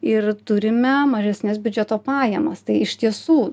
ir turime mažesnes biudžeto pajamas tai iš tiesų